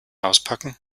auspacken